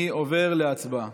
אני עובר להצבעה.